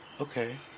Okay